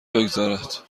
بگذرد